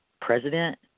president